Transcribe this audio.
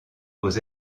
aux